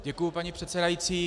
Děkuji, paní předsedající.